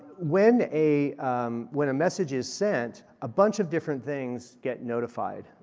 when a when a message is sent, a bunch of different things get notified.